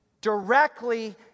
directly